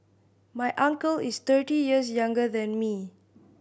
my uncle is thirty years younger than me